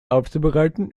aufzubereiten